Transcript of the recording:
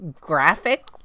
graphic